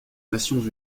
nations